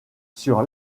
sur